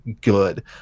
good